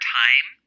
time